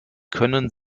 können